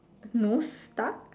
nose stuck